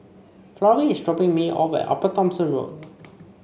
Florrie is dropping me off at Upper Thomson Road